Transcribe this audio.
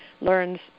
learns